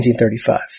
1935